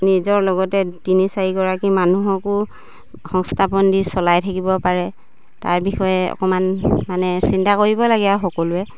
নিজৰ লগতে তিনি চাৰিগৰাকী মানুহকো সংস্থাপন দি চলাই থাকিব পাৰে তাৰ বিষয়ে অকমান মানে চিন্তা কৰিব লাগে আৰু সকলোৱে